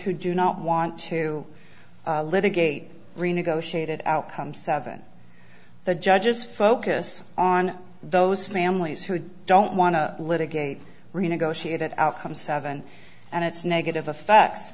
who do not want to litigate renegotiated outcome seven the judges focus on those families who don't want to litigate renegotiate that outcome seven and it's negative affect